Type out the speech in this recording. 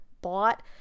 bought